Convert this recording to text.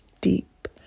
deep